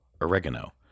oregano